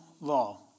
law